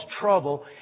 trouble